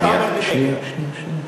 זה אותו דבר.